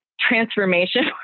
transformation